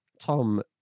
Tom